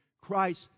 Christ